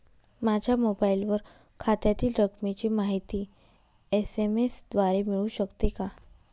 माझ्या मोबाईलवर खात्यातील रकमेची माहिती एस.एम.एस द्वारे मिळू शकते का?